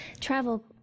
travel